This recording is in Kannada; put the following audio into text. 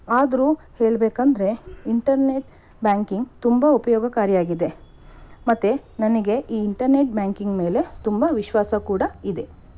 ಆದರೂ ಹೇಳಬೇಕಂದ್ರೆ ಇಂಟರ್ನೆಟ್ ಬ್ಯಾಂಕಿಂಗ್ ತುಂಬ ಉಪಯೋಗಕಾರಿಯಾಗಿದೆ ಮತ್ತು ನನಗೆ ಈ ಇಂಟರ್ನೆಟ್ ಬ್ಯಾಂಕಿಂಗ್ ಮೇಲೆ ತುಂಬ ವಿಶ್ವಾಸ ಕೂಡ ಇದೆ